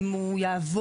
אם הוא יעבוד,